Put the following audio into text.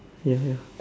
ya ya